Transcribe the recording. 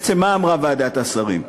בעצם מה אמרה ועדת השרים?